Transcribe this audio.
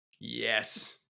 Yes